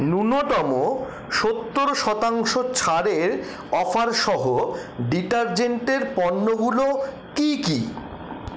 ন্যূনতম সত্তর শতাংশ ছাড়ের অফার সহ ডিটারজেন্টের পণ্যগুলো কী কী